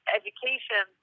education